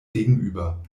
gegenüber